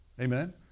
Amen